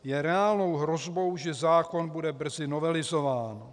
Je reálnou hrozbou, že zákon bude brzy novelizován.